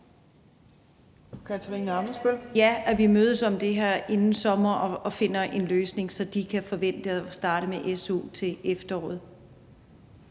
Katarina Ammitzbøll (KF): [Lydudfald] ... at vi mødes om det her inden sommer og finder en løsning, så de kan forvente at starte med su til efteråret?